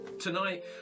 Tonight